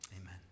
Amen